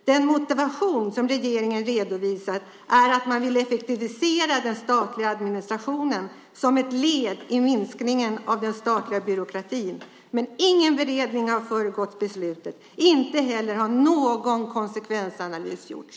Det motiv som regeringen redovisar är att man vill effektivisera den statliga administrationen som ett led i minskningen av den statliga byråkratin, men ingen beredning har föregått beslutet. Inte heller har någon konsekvensanalys gjorts.